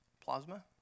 plasma